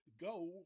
go